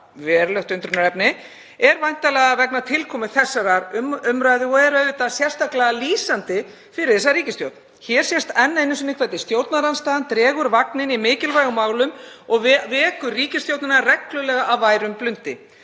verulegt undrunarefni, er væntanlega vegna tilkomu þessarar umræðu og er auðvitað sérstaklega lýsandi fyrir þessa ríkisstjórn. Hér sést enn einu sinni hvernig stjórnarandstaðan dregur vagninn í mikilvægum málum og vekur ríkisstjórnina reglulega af værum blundi.